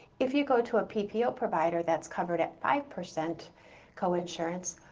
if you go to a ppo provider that's covered at five percent coinsurance,